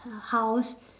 her house